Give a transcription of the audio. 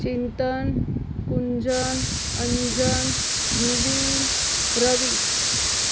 Chintan Gunjan Anjan Dhruvin Ravi